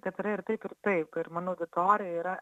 kad yra ir taip ir taip ir mano auditorija yra